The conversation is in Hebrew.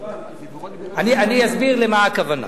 אני אסביר למה הכוונה.